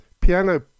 piano